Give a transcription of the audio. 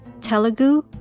Telugu